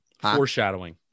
Foreshadowing